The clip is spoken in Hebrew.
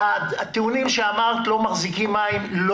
הטיעונים שהעלית לא מחזיקים מים והם